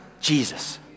Jesus